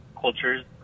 cultures